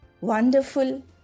wonderful